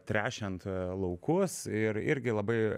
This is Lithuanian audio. tręšiant laukuos ir irgi labai